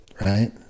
right